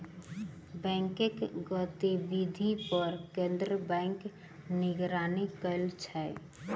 बैंकक गतिविधि पर केंद्रीय बैंक निगरानी करै छै